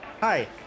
Hi